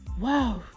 wow